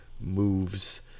moves